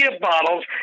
bottles